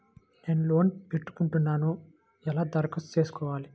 నేను లోన్ పెట్టుకొనుటకు ఎలా దరఖాస్తు చేసుకోవాలి?